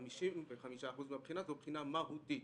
ו-55% מהבחינה זו בחינה מהותית